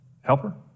Helper